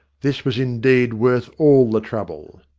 this was indeed worth all the trouble.